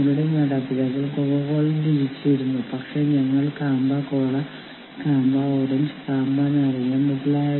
അതിനാൽ ഒരു താൽക്കാലിക തൊഴിലാളിയെ ഒരു അംഗമാക്കാം അവരെ യോഗങ്ങളുടെ നിരീക്ഷണത്തിന് ചുമതലപെടുത്താം ഇതെല്ലാം നിങ്ങൾക്ക് തീരുമാനിക്കാം